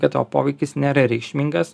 kad tavo poveikis nėra reikšmingas